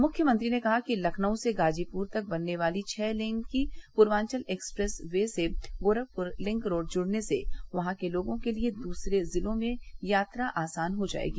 मुख्यमंत्री ने कहा कि लखनऊ से गाजीपुर तक बनने वाली छः लेन की पूर्वांचल एक्सप्रेस वे से गोरखपुर लिंक रोड जुड़ने से यहाँ के लोगों के लिए दूसरे जिलों की यात्रा आसान हो जायेगी